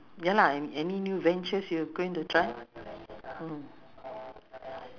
uh no there's no bus because it's a uh inside road ah